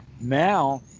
Now